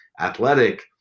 athletic